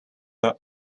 their